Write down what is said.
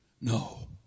No